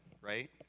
right